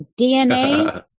DNA